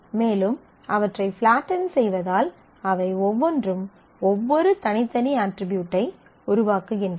மேலும் அவற்றை ஃப்லாட்டென் செய்வதால் அவை ஒவ்வொன்றும் ஒவ்வொரு தனித்தனி அட்ரிபியூட்டை உருவாக்குகின்றன